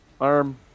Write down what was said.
arm